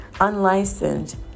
unlicensed